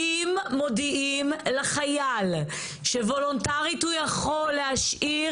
אם מודיעים לחייל שוולונטרית הוא יכול להשאיר,